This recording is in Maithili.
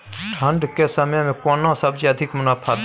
ठंढ के समय मे केना सब्जी अधिक मुनाफा दैत?